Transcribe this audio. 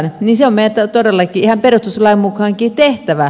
se on meidän todellakin ihan perustuslain mukaankin tehtävä